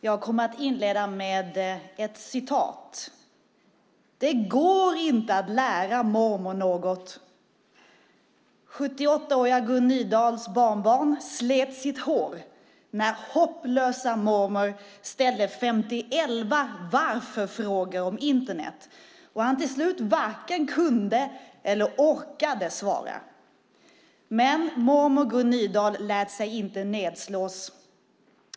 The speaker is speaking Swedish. Fru talman! Jag inleder med ett citat. "Det går inte att lära mormor något." 78-åriga Gun Nydahls barnbarn slet sitt hår när hopplösa mormor ställde femtioelva varför-frågor om Internet och han till slut varken kunde eller orkade svara. Men mormor Gun Nydahl lät sig inte nedslås.